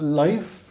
life